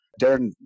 Darren